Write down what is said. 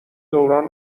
دوران